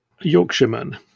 Yorkshireman